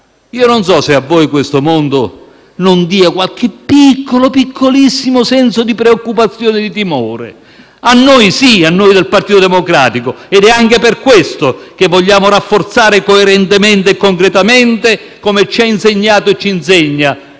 Non so se a voi questo mondo dà qualche piccolo, piccolissimo senso di preoccupazione e timore. A noi del Partito Democratico sì ed è anche per questo che vogliamo rafforzare coerentemente e concretamente, come ci ha insegnato e ci insegna